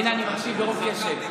הינה, אני מקשיב ברוב קשב.